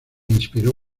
inspiró